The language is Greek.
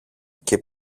και